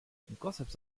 gossips